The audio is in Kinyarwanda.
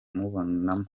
kumubona